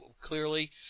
clearly